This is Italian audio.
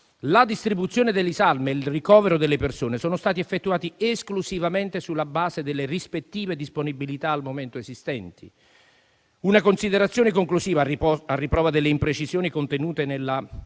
La distribuzione delle salme e il ricovero delle persone sono stati effettuati esclusivamente sulla base delle rispettive disponibilità al momento esistenti. Una considerazione conclusiva a riprova delle imprecisioni contenute nella